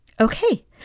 Okay